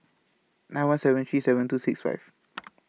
nine one seven three seven two six five